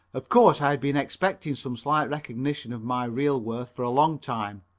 of course i had been expecting some slight recognition of my real worth for a long time,